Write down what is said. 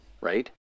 Right